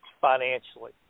financially